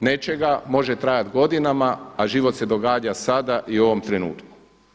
nečega može trajati godinama, a život se događa sada i u ovom trenutku.